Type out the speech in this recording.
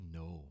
no